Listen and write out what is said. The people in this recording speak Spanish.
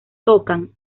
tocan